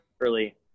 early